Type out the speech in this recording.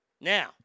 Now